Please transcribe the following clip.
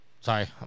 Sorry